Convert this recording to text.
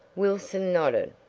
wilson nodded.